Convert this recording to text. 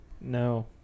No